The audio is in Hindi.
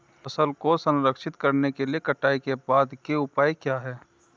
फसल को संरक्षित करने के लिए कटाई के बाद के उपाय क्या हैं?